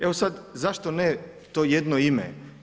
Evo zašto ne to jedno ime?